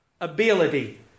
ability